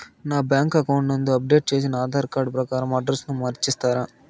నా bank account నందు update చేసిన ఆధార్ కార్డు ప్రకారం అడ్రస్ ను మార్చిస్తారా?